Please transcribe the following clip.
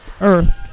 earth